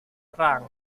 perang